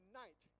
night